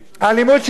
מה זה אלימות שלטונית?